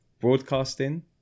Broadcasting